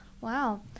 Wow